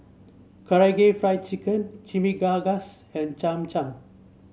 Karaage Fried Chicken Chimichangas and Cham Cham